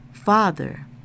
father